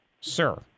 Sir